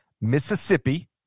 Mississippi